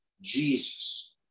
jesus